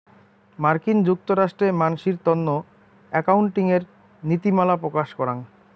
মার্কিন যুক্তরাষ্ট্রে মানসির তন্ন একাউন্টিঙের নীতিমালা প্রকাশ করাং